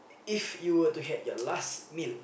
if you were to have your last meal